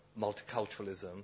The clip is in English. multiculturalism